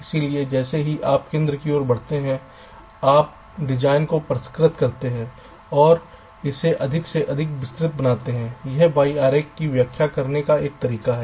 इसलिए जैसे ही आप केंद्र की ओर बढ़ते हैं आप डिजाइन को परिष्कृ करते हैं और इसे अधिक से अधिक विस्तृत बनाते हैं यह वाई आरेख की व्याख्या करने का एक तरीका है